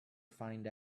find